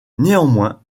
néanmoins